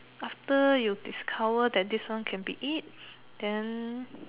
after you discover that this one can be eat then